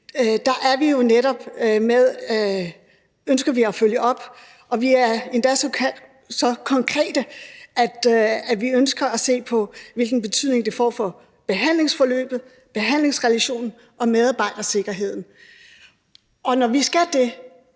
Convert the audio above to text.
ønsker vi jo netop at følge op. Vi er endda så konkrete, at vi ønsker at se på, hvilken betydning det får for behandlingsforløbet, behandlingsrelationen og medarbejdersikkerheden. Og når vi skal det,